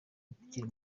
ukiri